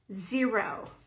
zero